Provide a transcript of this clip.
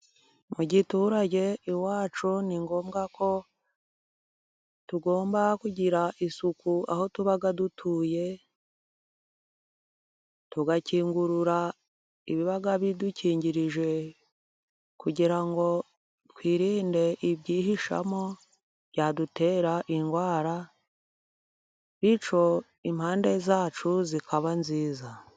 Mu giturage iwacu, ni ngombwa ko tugomba kugira isuku aho tuba dutuye, tugakingurura ibiba bidukingirije kugira ngo twirinde ibyihishamo, byadutera indwara bityo impande zacu zikaba nziza.